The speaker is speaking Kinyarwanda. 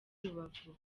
rubavu